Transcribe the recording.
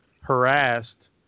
harassed